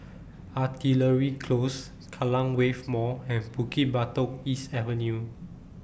Artillery Close Kallang Wave Mall and Bukit Batok East Avenue